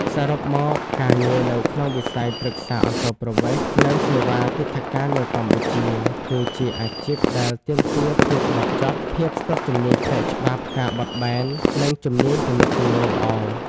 សរុបមក ការងារនៅក្នុងវិស័យប្រឹក្សាអន្តោប្រវេសន៍ និងសេវាទិដ្ឋាការនៅកម្ពុជា គឺជាអាជីពដែលទាមទារភាពម៉ត់ចត់ ភាពស្ទាត់ជំនាញផ្នែកច្បាប់ ការបត់បែន និងជំនាញទំនាក់ទំនងល្អ។